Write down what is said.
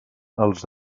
els